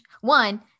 one